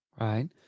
right